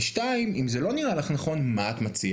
ב', אם זה לא נראה לך נכון, מה את מציעה?